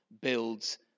builds